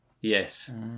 Yes